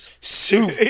soup